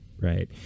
Right